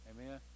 Amen